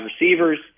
receivers